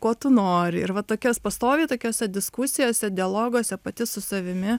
ko tu nori ir va tokios pastoviai tokiose diskusijose dialoguose pati su savimi